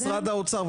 משרד האוצר,